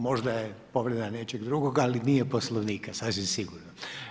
Možda je povreda nečega drugoga, ali nije Poslovnika, sasvim sigurno.